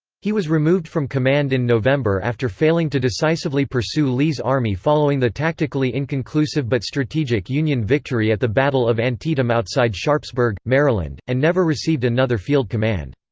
he was removed from command in november after failing to decisively pursue lee's army following the tactically inconclusive but strategic union victory at the battle of antietam outside sharpsburg, maryland, and never received another field command.